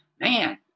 man